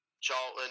Charlton